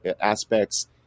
aspects